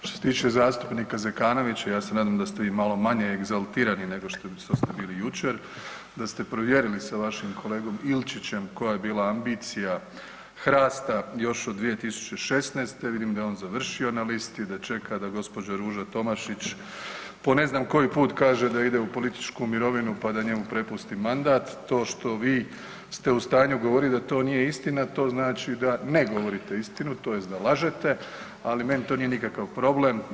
Što se tiče zastupnika Zekanovića, ja se nadam da ste vi malo manje egzaltirani nego što ste bili jučer, da ste provjerili sa vašim kolegom Ilčićem koja je bila ambicija HRAST-a još od 2016., vidim da je on završio na listi, da čeka da g. Ruža Tomašić po ne znam koji put kaže da ide u političku mirovinu pa da njemu prepusti mandat, to što vi ste u stanju govoriti da to nije istina, to znači da ne govorite istinu, tj. da lažete, ali meni to nije nikakav problem.